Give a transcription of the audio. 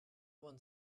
one